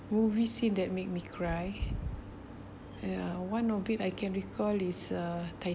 movie scene that made me cry ya one of it I can recall is a